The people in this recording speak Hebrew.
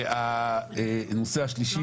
והנושא השלישי,